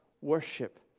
worship